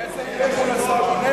אדוני היושב-ראש, על,